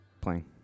playing